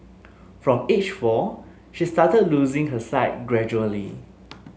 from age four she started losing her sight gradually